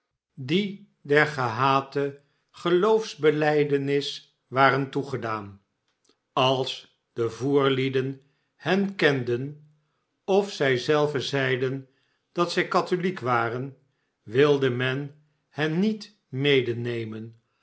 die der gehate geloofsbelijdenis waren toegedaan als de voerlieden hen kenden of zij zelven zeiden dat zij katholiek waren wilde men hen niet